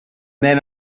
then